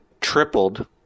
tripled